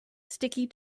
sticky